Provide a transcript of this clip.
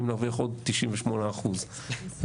אם נרוויח עוד 98% מדומיניץ,